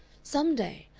some day,